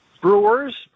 Brewers